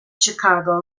chicago